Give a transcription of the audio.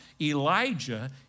Elijah